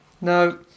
No